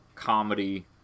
Comedy